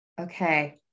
Okay